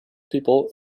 people